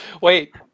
Wait